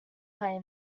playing